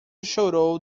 chorou